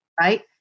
right